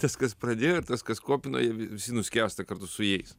tas kas pradėjo ir tas kas kopino jie visi nuskęsta kartu su jais